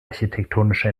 architektonische